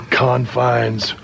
confines